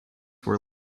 were